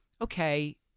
okay